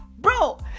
Bro